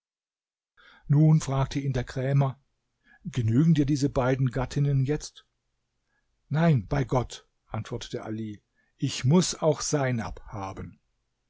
nun fragte ihn der krämer genügen dir diese beiden gattinnen jetzt nein bei gott antwortete ali ich muß auch seinab haben